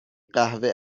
قهوه